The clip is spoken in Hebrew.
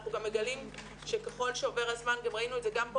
אנחנו גם מגלים שככל שעובר הזמן זה עלה גם כאן